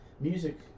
music